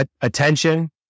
Attention